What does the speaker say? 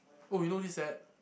oh you know this set